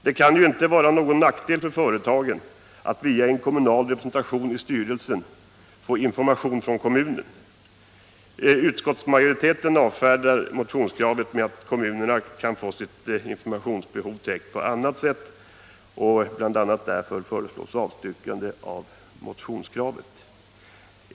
Det kan ju inte vara någon nackdel för företagen att via en kommunal representation i styrelsen få information från kommunen. Utskottsmajoriteten avfärdar motionskravet med att kommunerna kan få sitt informationsbehov täckt på annat sätt, och bl.a. därför föreslås avslag på motionskravet.